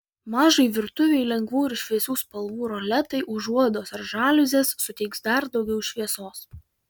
mažai virtuvei lengvų ir šviesių spalvų roletai užuolaidos ar žaliuzės suteiks dar daugiau šviesos